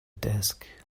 desk